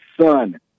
son